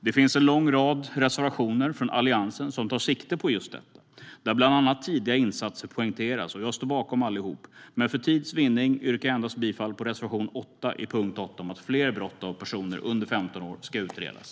Det finns en lång rad reservationer från Alliansen som tar sikte på just detta, där bland annat tidiga insatser poängteras. Jag står bakom allihop. Men för tids vinnande yrkar jag bifall endast till reservation 8 under punkt 8 om att fler brott av personer under 15 år ska utredas.